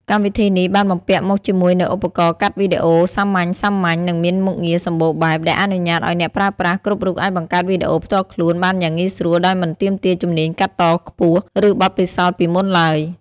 កម្មវិធីនេះបានបំពាក់មកជាមួយនូវឧបករណ៍កាត់តវីដេអូសាមញ្ញៗ និងមានមុខងារសម្បូរបែប ដែលអនុញ្ញាតឱ្យអ្នកប្រើប្រាស់គ្រប់រូបអាចបង្កើតវីដេអូផ្ទាល់ខ្លួនបានយ៉ាងងាយស្រួល ដោយមិនទាមទារជំនាញកាត់តខ្ពស់ ឬបទពិសោធន៍ពីមុនឡើយ។